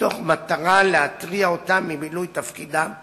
מתוך מטרה להרתיע אותם ממילוי תפקידם השלטוני.